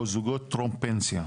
או זוגות טרום-פנסיה,